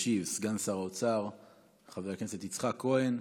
ישיב סגן שר האוצר חבר הכנסת יצחק כהן.